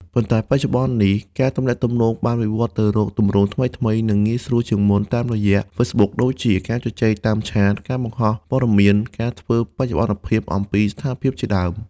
ប៉ុន្តែបច្ចុប្បន្ននេះ ការទំនាក់ទំនងបានវិវត្តទៅរកទម្រង់ថ្មីៗ និងងាយស្រួលជាងមុន តាមរយៈ Facebook ដូចជា ការជជែកតាមឆាត ការបង្ហោះព័ត៌មាន ការធ្វើបច្ចុប្បន្នភាពអំពីស្ថានភាព ជាដើម។